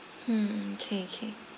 hmm okay okay